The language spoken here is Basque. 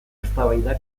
eztabaida